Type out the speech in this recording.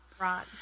right